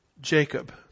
Jacob